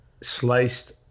sliced